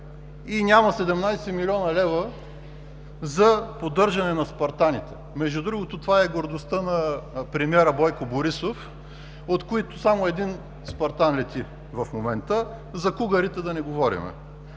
и нямаме 17 млн. лв. за поддържане на „Спартан“-те. Между другото, това е гордостта на премиера Бойко Борисов, от които само един „Спартан“ лети в момента. За „Кугар“-те да не говорим.